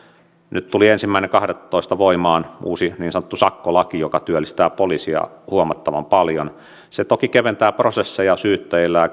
nyt tuli ensimmäinen kahdettatoista voimaan uusi niin sanottu sakkolaki joka työllistää poliisia huomattavan paljon se toki keventää prosesseja syyttäjillä ja